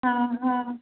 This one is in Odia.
ହଁ ହଁ